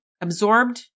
absorbed